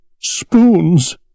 Spoons